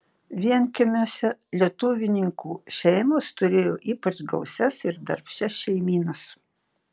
vienkiemiuose lietuvininkų šeimos turėjo ypač gausias ir darbščias šeimynas